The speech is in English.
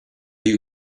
you